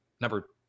number